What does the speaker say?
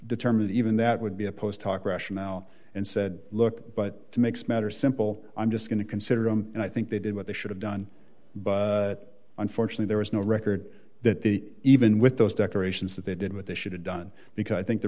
determine even that would be opposed talk rationale and said look but to makes matters simple i'm just going to consider them and i think they did what they should have done but unfortunately there was no record that they even with those declarations that they did what they should have done because i think the